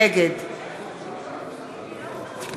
נגד